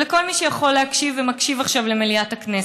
ולכל מי שיכול להקשיב ומקשיב עכשיו למליאת הכנסת,